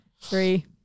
Three